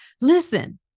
Listen